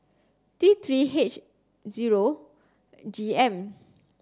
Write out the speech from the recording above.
T three H zero G M